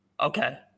Okay